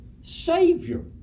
Savior